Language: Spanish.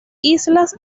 islas